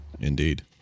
Indeed